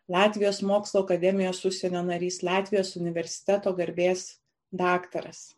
latvijos mokslų akademijos užsienio narys latvijos universiteto garbės daktaras